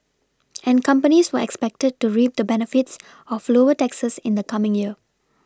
and companies were expected to reap the benefits of lower taxes in the coming year